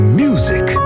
music